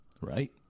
right